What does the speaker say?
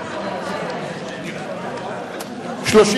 נתקבלה.